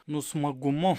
nu smagumu